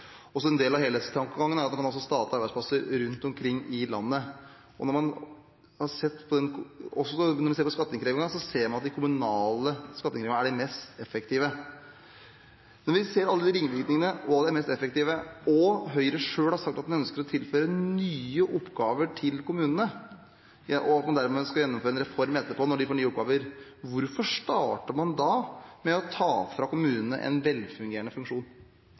også skal ha statlige arbeidsplasser rundt omkring i landet. Når man ser på skatteinnkrevingen, ser man at den kommunale skatteinnkrevingen er den mest effektive. Når vi ser alle ringvirkningene, at den er mest effektiv – og Høyre selv har sagt at en ønsker å tilføre nye oppgaver til kommunene, og at man skal gjennomføre en reform etterpå, når de får nye oppgaver – hvorfor starter man da med å ta fra kommunene en velfungerende funksjon?